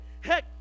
Heck